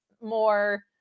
more